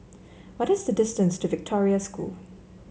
what is the distance to Victoria School